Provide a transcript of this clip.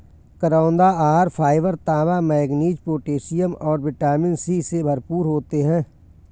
करौंदा आहार फाइबर, तांबा, मैंगनीज, पोटेशियम और विटामिन सी से भरपूर होते हैं